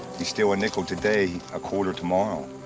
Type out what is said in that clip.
he steal a nickel today, a quarter tomorrow.